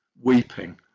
weeping